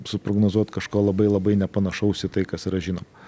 suprognozuot kažko labai labai nepanašaus į tai kas yra žinoma